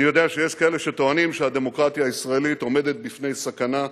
אני יודע שיש כאלה שטוענים שהדמוקרטיה הישראלית עומדת בפני סכנה.